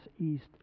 East